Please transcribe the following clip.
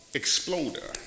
exploder